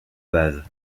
base